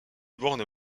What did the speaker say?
bornes